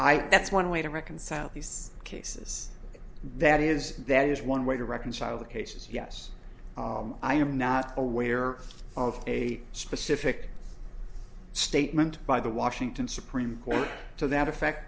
i that's one way to reconcile these cases that is that is one way to reconcile the cases yes i am not aware of a specific statement by the washington supreme court to that effect